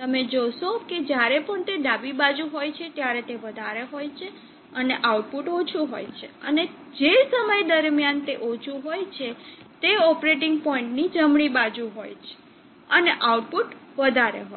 તમે જોશો કે જ્યારે પણ તે ડાબી બાજુ હોય છે ત્યારે તે વધારે હોય છે અને આઉટપુટ ઓછુ હોય છે અને જે સમય દરમ્યાન તે ઓછું હોય છે તે ઓપરેટીંગ પોઈન્ટ ની જમણી બાજુ હોય છે અને આઉટપુટ વધારે હોય છે